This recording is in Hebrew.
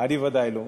אני בוודאי לא.